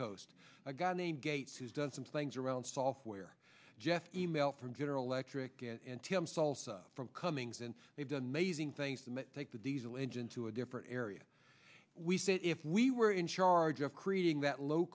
coast a guy named gates has done some things around software jeff e mail from general electric get an tim salsa from cummings and they've done mazing things to take the diesel engine to a different area we say if we were in charge of creating that low